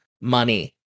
money